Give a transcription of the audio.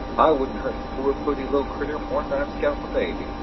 i wouldn't hurt the poor pooty little critter more'n i'd scalp a baby.